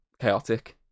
chaotic